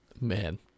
man